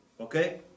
Okay